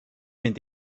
mynd